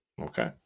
Okay